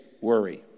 worry